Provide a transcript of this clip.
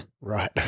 Right